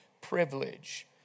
privilege